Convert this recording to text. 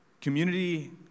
Community